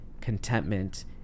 contentment